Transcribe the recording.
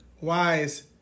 wise